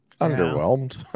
Underwhelmed